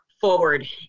forward